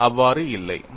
அது அவ்வாறு இல்லை